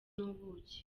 n’ubuki